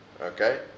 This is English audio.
Okay